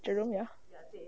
jerome ya